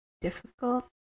difficult